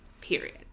period